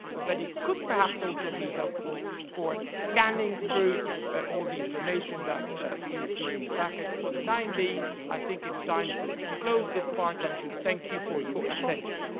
ah but it could, perhaps, also be helpful for scanning through all the information that you see in the packet. for the time being, i think it's time to close this part and to thank you for your attention.